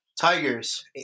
Tigers